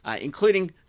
including